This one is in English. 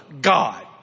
God